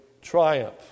triumph